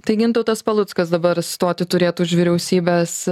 tai gintautas paluckas dabar stoti turėtų už vyriausybės